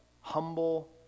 humble